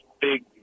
big